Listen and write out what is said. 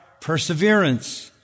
perseverance